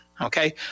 Okay